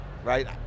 Right